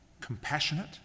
Compassionate